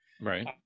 right